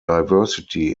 diversity